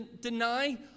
deny